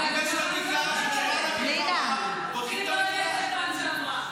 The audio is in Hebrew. --- זה מוגבל עד תשע.